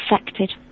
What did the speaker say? affected